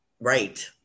Right